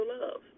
love